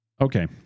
Okay